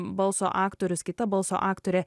balso aktorius kita balso aktorė